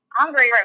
hungry